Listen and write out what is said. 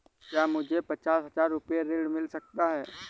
क्या मुझे पचास हजार रूपए ऋण मिल सकता है?